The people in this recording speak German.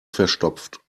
verstopft